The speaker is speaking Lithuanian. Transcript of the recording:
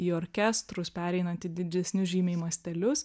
į orkestrus pereinant į didžesnius žymiai mastelius